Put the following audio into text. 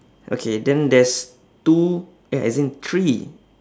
okay then there's two eh as in three